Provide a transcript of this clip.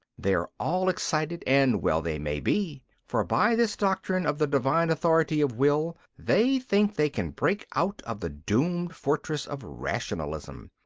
they are all excited and well they may be. for by this doctrine of the divine authority of will, they think they can break out of the doomed fortress of rationalism.